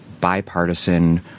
bipartisan